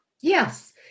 yes